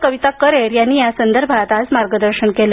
कविता करेर यांनी या संदर्भात आज मार्गदर्शन केल